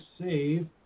save